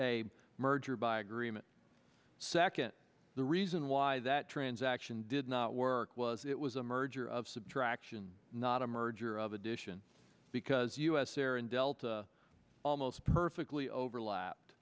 a merger by agreement second the reason why that transaction did not work was it was a merger of subtraction not a merger of addition because u s air and delta almost perfectly overlapped